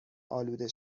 آلوده